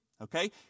Okay